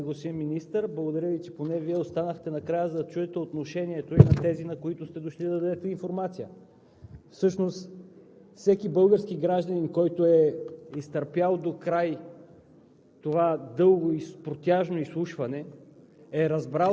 благодаря Ви, че поне Вие останахте накрая, за да чуете отношението на тези, на които сте дошли да дадете информация. Всъщност всеки български гражданин, изтърпял докрай